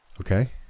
Okay